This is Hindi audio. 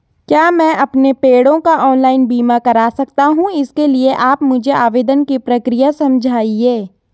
क्या मैं अपने पेड़ों का ऑनलाइन बीमा करा सकता हूँ इसके लिए आप मुझे आवेदन की प्रक्रिया समझाइए?